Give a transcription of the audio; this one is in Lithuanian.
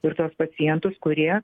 ir tuos pacientus kurie